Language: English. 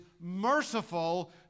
merciful